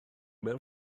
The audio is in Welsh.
mewn